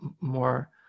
more